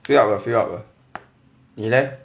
fill up 了 fill up 了